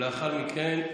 לאחר מכן,